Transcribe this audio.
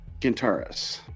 Gintaras